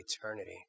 eternity